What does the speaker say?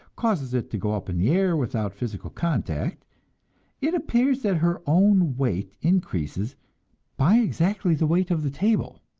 causes it to go up in the air without physical contact it appears that her own weight increases by exactly the weight of the table.